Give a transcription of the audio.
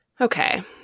Okay